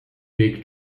weg